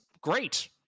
great